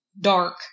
dark